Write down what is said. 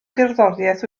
gerddoriaeth